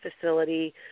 facility